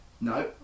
No